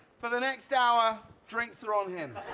for the next hour drinks are on him.